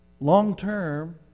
long-term